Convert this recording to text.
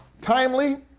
timely